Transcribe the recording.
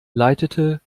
leitete